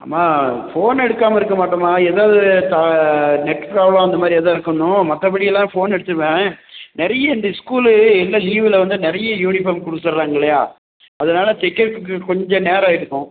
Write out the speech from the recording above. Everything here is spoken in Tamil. அம்மா ஃபோனை எடுக்காமல் இருக்க மாட்டோம்மா ஏதாவது தா நெட் ப்ராப்ளம் அந்தமாதிரி ஏதாவது இருக்கணும் மற்றபடி எல்லாம் ஃபோனை எடுத்துடுவேன் நிறைய இந்த ஸ்கூலு எல்லாம் லீவில் வந்து நிறைய யூனிஃபார்ம் கொடுத்துறாங்கலையா அதனால தைக்கிறதுக்கு கொஞ்சம் நேரம் ஆகியிருக்கும்